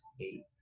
eight